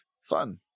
fun